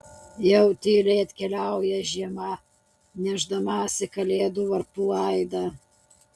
jau tyliai atkeliauja žiema nešdamasi kalėdų varpų aidą